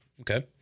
okay